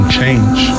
change